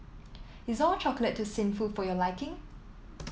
is All Chocolate too sinful for your liking